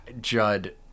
Judd